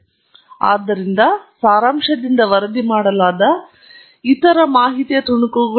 ಆದರೆ ನೀವು ಈಗಾಗಲೇ ಪರಿಚಿತರಾಗಿದ್ದರೆ ಈ ಮಾಹಿತಿಯ ತುಣುಕುಗಳನ್ನು ನೀವು ಅನುಭವಿಸುವಿರಿ ಮತ್ತು ಈ ವಿಶ್ಲೇಷಣೆಯಿಂದ ಹೆಚ್ಚಿನ ಅರ್ಥವನ್ನು ಪಡೆದುಕೊಳ್ಳುತ್ತೀರಿ